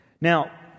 Now